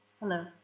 Hello